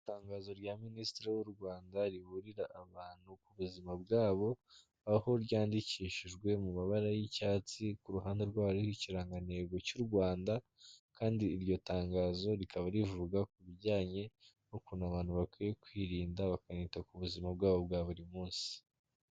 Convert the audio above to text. Itangazo rya Ministri w'u Rwanda riburira abantu ku buzima bwabo, aho ryandikishijwe mu mabara y'icyatsi, ku ruhande rwayo hariho ikirangantego cy'u Rwanda, kandi iryo tangazo rikaba rivuga ku bijyanye n'ukuntu abantu bakwiye kwirinda bakanita ku buzima bwabo bwa buri munsi.